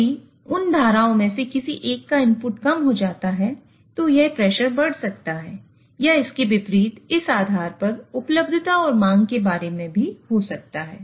यदि उन धाराओं में से किसी एक का इनपुट कम हो जाता है तो यह प्रेशर बढ़ सकता है या इसके विपरीत इस आधार पर उपलब्धता और मांग के बारे में भी हो सकता है